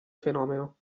fenomeno